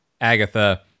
Agatha